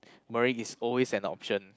is always an option